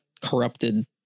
corrupted